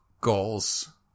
goals